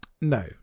No